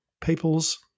people's